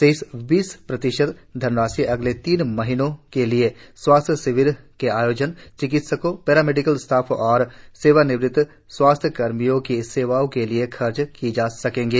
शेष बीस प्रतिशत धनराशि अगले तीन महीनों के लिए स्वास्थ्य शिविरों के आयोजन चिकित्सकों पैरामेडिकल स्टाफ और सेवानिवृत स्वास्थ्य कर्मियों की सेवाओं के लिए खर्च किए जा सकेंगे